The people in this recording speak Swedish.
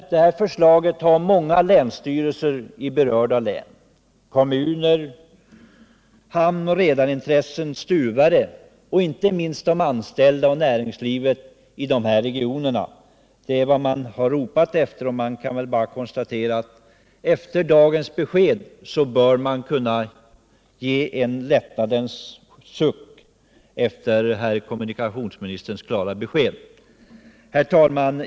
Många länsstyrelser i berörda län, kommuner, hamnoch redarintressen, stuvare och inte minst anställda och näringsliv i de här regionerna har ropat efter förslaget. Efter kommunikationsministerns klara besked här i dag bör vi alla kunna dra en lättnadens suck. Herr talman!